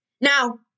Now